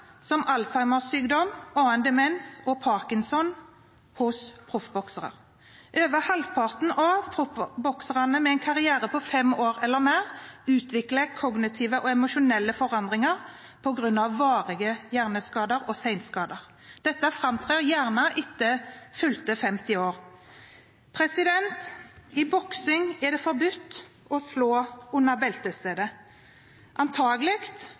lidelser som Alzheimers sykdom, annen demens og Parkinson hos proffboksere. Over halvparten av proffbokserne med en karriere på fem år eller mer utvikler kognitive og emosjonelle forandringer på grunn av varige hjerneskader og senskader. Dette framtrer gjerne etter at man har fylt 50 år. I boksing er det forbudt å slå under beltestedet – antagelig